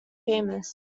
famous